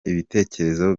ibitekerezo